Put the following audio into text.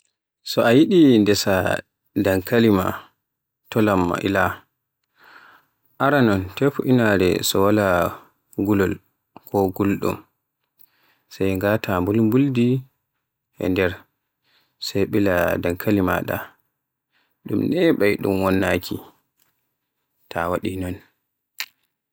So a yiɗi ndesa dankali to lamma ila. Aranon tefa inaare so wala gulol ko gulɗum, sai ngata mbul-buldi e nder sai ɓila dankali maɗa, ɗun neɓaay ɗun wonnake ta waɗi non.